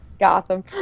gotham